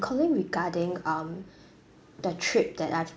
calling regarding um the trip that I've